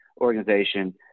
organization